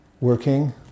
working